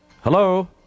Hello